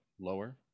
lower